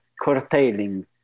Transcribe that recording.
curtailing